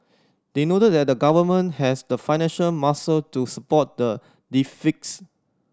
they noted that the Government has the financial muscle to support the deficits